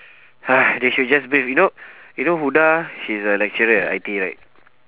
!hais! they should just brief you know what you know huda she's a lecturer at I_T_E right